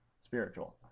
spiritual